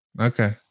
Okay